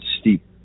steep